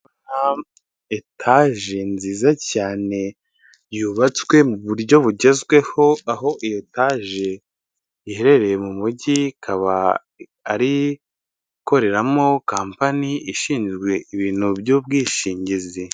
Ndabona etage nziza cyane yubatswe mu buryo bugezweho, aho iyo etage iherereye mu mujyi, ikaba ari ikoreramo kampani ishinzwe ibintu by'ubwishingizi.